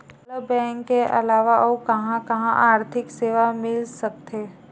मोला बैंक के अलावा आऊ कहां कहा आर्थिक सेवा मिल सकथे?